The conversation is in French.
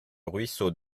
ruisseau